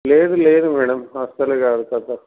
లేదు లేదు మ్యాడమ్ అసలు కాదు కథ